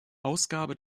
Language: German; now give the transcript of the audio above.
ausgabe